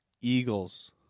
Eagles